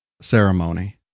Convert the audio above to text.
Ceremony